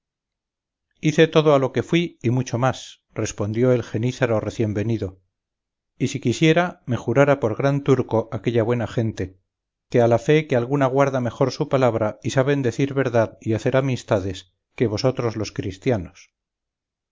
hice todo a lo que fuí y mucho más respondió el genízaro recién venido y si quisiera me jurara por gran turco aquella buena gente que a fe que alguna guarda mejor su palabra y saben decir verdad y hacer amistades que vosotros los cristianos